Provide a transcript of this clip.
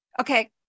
Okay